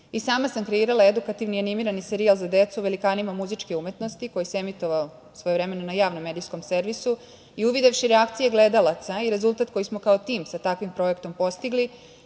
sam kreirala edukativni animirani serijal za decu o velikanima muzičke umetnosti koji se emitovao svojevremeno na Javnom medijskom servisu. Uvidevši reakcije gledalaca i rezultat koji smo kao tim sa takvim projektom postigli,